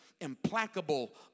implacable